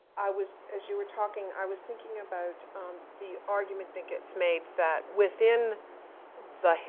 i was, as you were talking, i was thinking about the argument that gets made that within the hist,